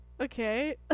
okay